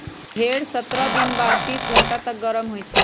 भेड़ सत्रह दिन बाद तीस घंटा तक गरम होइ छइ